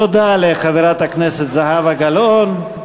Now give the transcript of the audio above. תודה לחברת הכנסת זהבה גלאון.